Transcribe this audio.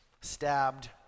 stabbed